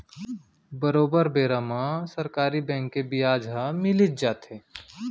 बरोबर बेरा म सरकारी बेंक के बियाज ह मिलीच जाथे